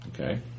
Okay